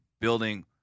building